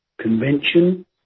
Convention